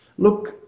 Look